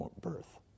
birth